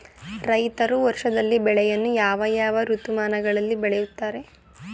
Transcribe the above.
ರೈತರು ವರ್ಷದಲ್ಲಿ ಬೆಳೆಯನ್ನು ಯಾವ ಯಾವ ಋತುಮಾನಗಳಲ್ಲಿ ಬೆಳೆಯುತ್ತಾರೆ?